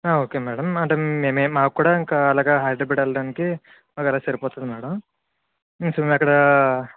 okay madam అంటే మేం మాకు కూడా ఇంక అలాగే హైదరాబాద్ వెళ్ళడానికి మాకు అలా సరిపోతుంది మ్యాడమ్ కొంచెం అక్కడ